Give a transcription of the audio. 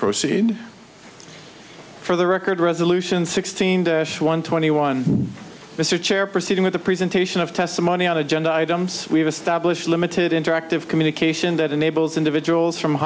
proceeded for the record resolution sixteen one twenty one mr chair proceeding with the presentation of testimony on agenda items we've established limited interactive communication that enables individuals from